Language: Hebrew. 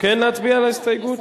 כן להצביע על ההסתייגות?